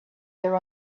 their